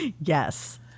Yes